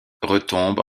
retombe